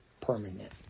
permanent